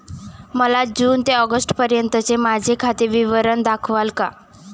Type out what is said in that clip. मला जून ते ऑगस्टपर्यंतचे माझे खाते विवरण दाखवाल का?